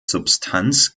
substanz